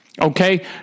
okay